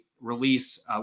release